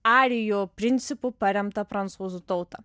arijų principu paremtą prancūzų tautą